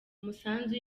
umusanzu